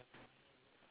what